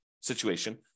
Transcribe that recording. situation